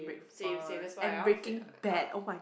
same same that's why I want to say uh